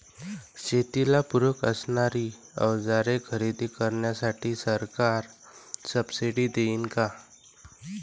शेतीला पूरक असणारी अवजारे खरेदी करण्यासाठी सरकार सब्सिडी देईन का?